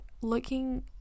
looking